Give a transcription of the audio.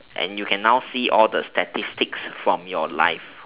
and you can now see all the statistics from your life